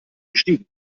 gestiegen